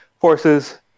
forces